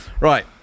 Right